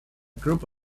group